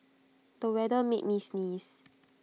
the weather made me sneeze